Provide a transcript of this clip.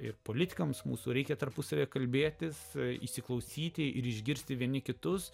ir politikams mūsų reikia tarpusavyje kalbėtis įsiklausyti ir išgirsti vieni kitus